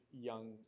young